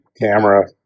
camera